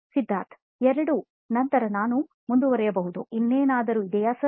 ಸಿದ್ಧಾರ್ಥ್ ಎರಡೂ ನಂತರ ನಾವು ಮುಂದುವರಿಯಬಹುದು ಇನ್ನೇನಾದರೂ ಇದೆಯಾ ಸರ್